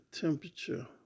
temperature